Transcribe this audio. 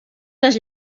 les